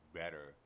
better